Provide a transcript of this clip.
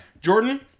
Jordan